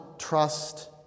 trust